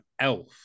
Elf